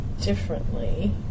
differently